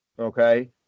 Okay